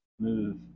move